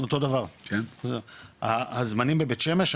אותו דבר, הזמנים בבית שמש,